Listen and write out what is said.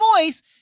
voice